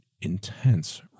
intense